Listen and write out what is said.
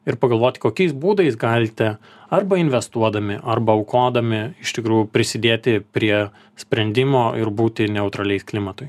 ir pagalvoti kokiais būdais galite arba investuodami arba aukodami iš tikrųjų prisidėti prie sprendimo ir būti neutraliais klimatui